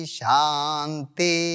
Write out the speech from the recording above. Shanti